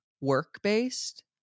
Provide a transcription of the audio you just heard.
work-based